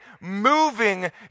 moving